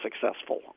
successful